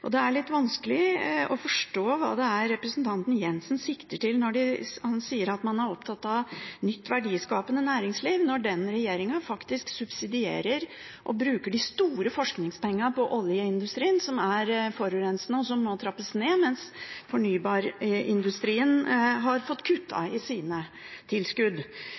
Det er litt vanskelig å forstå hva det er representanten Jenssen sikter til når han sier at man er opptatt av nytt, verdiskapende næringsliv, når hans regjering faktisk subsidierer og bruker de store forskningspengene på oljeindustrien, som er forurensende, og som må trappes ned, mens fornybarindustrien har fått kutt i sine tilskudd.